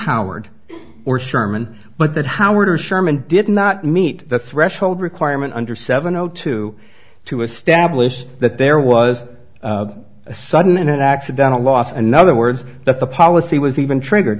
howard or sherman but that howard or sherman did not meet the threshold requirement under seven zero two to establish that there was a sudden in an accidental loss another words that the policy was even trigger